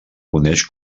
coneix